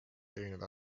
teinud